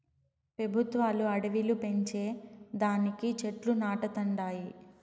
పెబుత్వాలు అడివిలు పెంచే దానికి చెట్లు నాటతండాయి